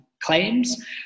claims